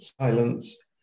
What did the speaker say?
silenced